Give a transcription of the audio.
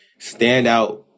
standout